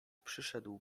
przyszedł